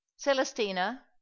Celestina